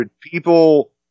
People